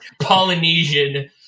Polynesian